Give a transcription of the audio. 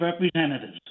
Representatives